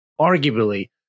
arguably